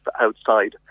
outside